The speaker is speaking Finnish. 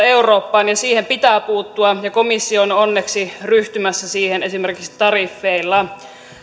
eurooppaan ja siihen pitää puuttua ja komissio on onneksi ryhtymässä siihen esimerkiksi tariffeilla